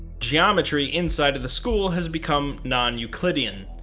geometry inside of the school has become non-euclidean,